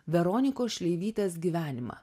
veronikos šleivytės gyvenimą